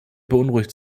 beunruhigt